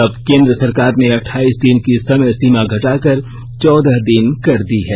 अब केंद्र सरकार ने अठाइस दिन की समय सीमा घटाकर चौदह दिन कर दी है